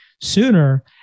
sooner